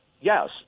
Yes